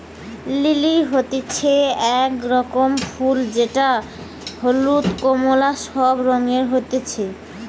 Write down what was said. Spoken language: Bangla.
লিলি হতিছে এক রকমের ফুল যেটা হলুদ, কোমলা সব রঙে হতিছে